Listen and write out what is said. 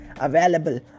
available